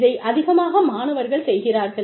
இதை அதிகமாக மாணவர்கள் செய்கிறார்கள்